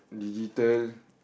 digital